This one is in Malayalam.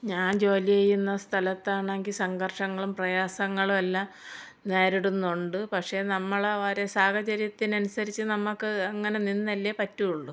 ഞാൻ ജോലി ചെയ്യുന്ന സ്ഥലത്താണെങ്കിൽ സംഘർഷങ്ങളും പ്രയാസങ്ങളും എല്ലാം നേരിടുന്നുണ്ട് പക്ഷേ നമ്മൾ ഓരോ സാഹചര്യത്തിന് അനുസരിച്ച് നമുക്ക് അങ്ങനെ നിന്നല്ലേ പറ്റുവൊള്ളൂ